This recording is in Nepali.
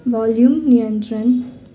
भल्युम नियन्त्रण